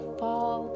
fall